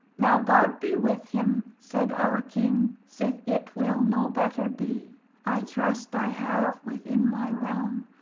now god be with him, said our king, sith it will noe better bee i trust i have, within my realme,